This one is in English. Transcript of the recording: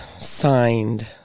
signed